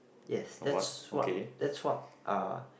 yes that's what that's what uh